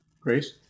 Grace